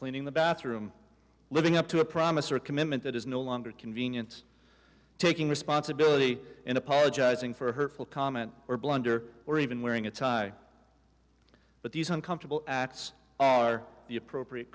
cleaning the bathroom living up to a promise or commitment that is no longer convenient taking responsibility in apologizing for hurtful comment or blunder or even wearing a tie but these are uncomfortable acts or the appropriate